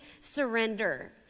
surrender